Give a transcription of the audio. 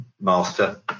master